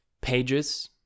pages